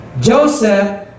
Joseph